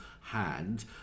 hand